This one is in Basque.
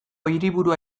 hiriburua